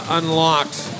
unlocked